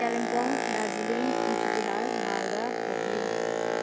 Kalimpong Darjeeling Cooch Behar Malda Hooghly